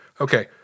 okay